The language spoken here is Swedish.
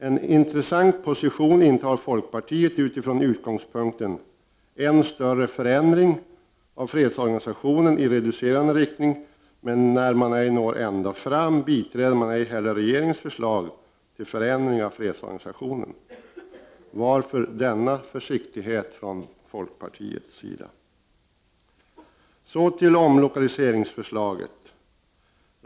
Folkpartiet intar en intressant position utifrån utgångspunkten ”en större förändring” av fredsorganisationen i reducerande riktning, men när man ej når ända fram biträder man ej heller regeringens förslag till förändring av fredsorganisationen. Varför denna försiktighet från folkpartiets sida? Så till omlokaliseringsförslaget.